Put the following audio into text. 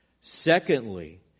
Secondly